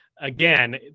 again